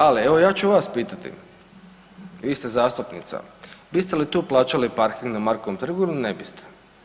Ali, evo ja ću vas pitati, vi ste zastupnica, biste li tu plaćali parking na Markovom trgu ili ne biste?